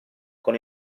con